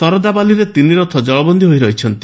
ଶରଧାବାଲିରେ ତିନିରଥ ଜଳବନୀ ହୋଇ ରହିଛନ୍ତି